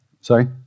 Sorry